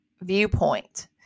viewpoint